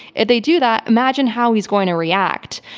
if they do that, imagine how he's going to react.